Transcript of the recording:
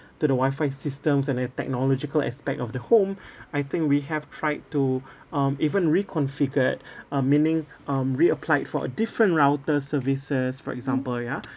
to the wifi systems and the technological aspect of the home I think we have tried to um even reconfigured um meaning um reapplied for a different router services for example ya